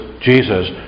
Jesus